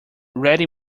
ready